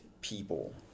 people